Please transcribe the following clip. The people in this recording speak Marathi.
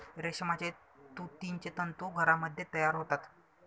रेशमाचे तुतीचे तंतू घरामध्ये तयार होतात